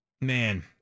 man